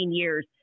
years